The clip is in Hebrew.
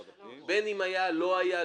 בין אם היה או לא היה,